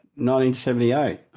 1978